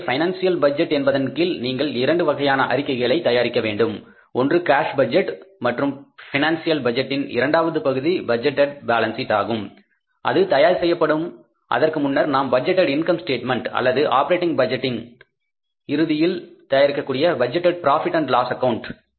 எனவே பைனான்ஸில் பட்ஜெட் என்பதன் கீழ் நீங்கள் இரண்டு வகையான அறிக்கைகளை தயாரிக்க வேண்டும் ஒன்று கேஸ் பட்ஜெட் மற்றும் பினான்சியல் பட்ஜெட்டின் இரண்டாவது பகுதி பட்ஜெட்டேட் பேலன்ஸ் சீட் ஆகும் அது தயார் செய்யப்படும் அதற்கு முன்னர் நாம் பட்ஜெட்டேட் இன்கம் ஸ்டேட்மெண்ட் அல்லது ஆப்பரேட்டிங் பட்ஜெட்டின் இறுதியில் தயாரிக்கக்கூடிய budgeted profit and loss account